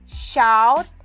shout